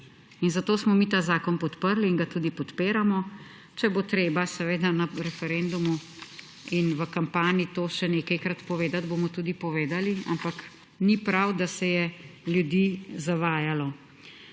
Zato smo mi ta zakon podprli in ga tudi podpiramo. Če bo treba – seveda, na referendumu in v kampanji ‒, to še nekajkrat povedati, bomo tudi povedali, ampak ni prav, da se je ljudi zavajalo.